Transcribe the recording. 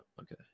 okay